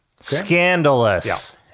Scandalous